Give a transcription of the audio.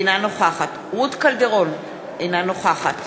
אינה נוכחת רות קלדרון, אינה נוכחת